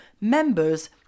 members